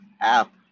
app